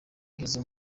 ugeze